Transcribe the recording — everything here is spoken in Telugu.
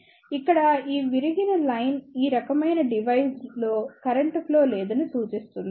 ఇక్కడ ఈ విరిగిన లైన్ ఈ రకమైన డివైస్ లో కరెంట్ ఫ్లో లేదని సూచిస్తుంది